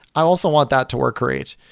i also want that to work great.